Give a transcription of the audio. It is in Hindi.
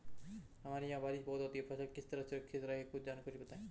हमारे यहाँ बारिश बहुत होती है फसल किस तरह सुरक्षित रहे कुछ जानकारी बताएं?